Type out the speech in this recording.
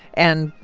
and,